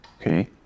okay